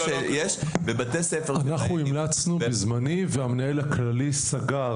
אנחנו המלצנו בזמני והמנהל הכללי סגר.